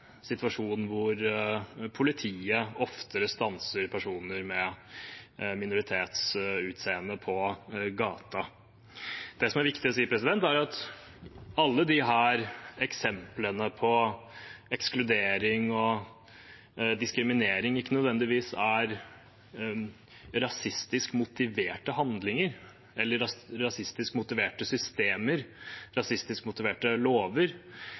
hvor politiet oftere stanser personer med minoritetsutseende på gaten. Det som er viktig å si, er at alle disse eksemplene på ekskludering og diskriminering ikke nødvendigvis er rasistisk motiverte handlinger, eller rasistisk motiverte systemer, rasistisk motiverte lover.